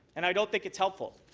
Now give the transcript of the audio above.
and i don't think it's helpful.